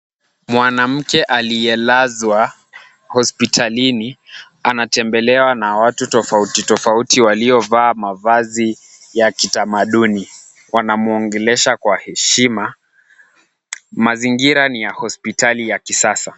Mwanamke aliyelazwa hospitalini anatembelewa na watu tofauti tofauti, waliovaa mavazi ya kitamaduni. Wanamuongelesha kwa heshima. Mazingira ni ya hospitali ya kisasa.